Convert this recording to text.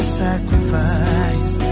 sacrifice